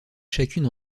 chacune